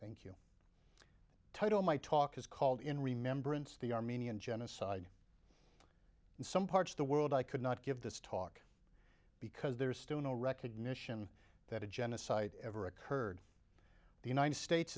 silence total my talk is called in remembrance the armenian genocide in some parts of the world i could not give this talk because there is still no recognition that a genocide ever occurred the united states